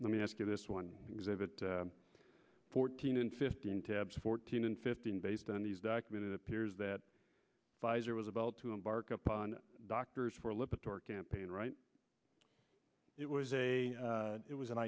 let me ask you this one exhibit fourteen and fifteen tabs fourteen and fifteen based on these document it appears that pfizer was about to embark upon doctors for a look at your campaign right it was a it was an